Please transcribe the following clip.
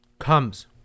comes